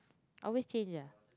always change ah